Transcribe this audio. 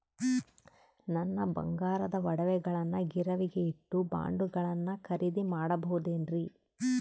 ನನ್ನ ಬಂಗಾರದ ಒಡವೆಗಳನ್ನ ಗಿರಿವಿಗೆ ಇಟ್ಟು ಬಾಂಡುಗಳನ್ನ ಖರೇದಿ ಮಾಡಬಹುದೇನ್ರಿ?